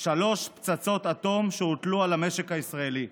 שלוש פצצות אטום שהוטלו על המשק הישראלי.